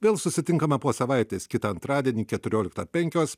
vėl susitinkame po savaitės kitą antradienį keturioliktą penkios